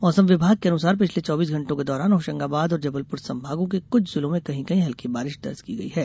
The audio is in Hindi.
मौसम विभाग के अनुसार पिछले चौबीस घंटों के दौरान होशंगाबाद और जबलपुर संभागों के कुछ जिलों में कहीं कहीं हल्की बारिश दर्ज की गई है